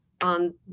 on